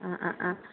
ആ ആ ആ